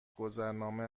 گذرنامه